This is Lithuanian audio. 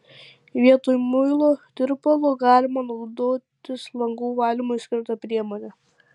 vietoj muilo tirpalo galima naudotis langų valymui skirta priemone